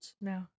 No